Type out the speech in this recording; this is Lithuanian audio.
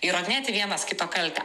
įrodinėti vienas kito kaltę